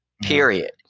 Period